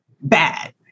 bad